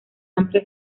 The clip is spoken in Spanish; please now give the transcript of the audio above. amplio